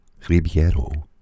Ribiero